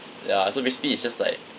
ya so basically it's just like